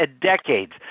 decades